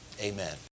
Amen